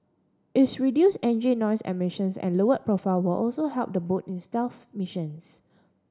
its reduce engine noise emissions and lower profile will also help the boat in stealth missions